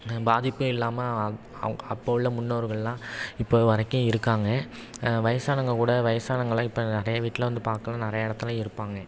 பாதிப்பே இல்லாமல் அப்போ உள்ள முன்னோர்கள்லாம் இப்போ வரைக்கும் இருக்காங்க வயசானவங்க கூட வயசானவங்கள்லாம் இப்போ நிறையா வீட்டில் வந்து பார்க்க நிறையா இடத்துலையும் இருப்பாங்க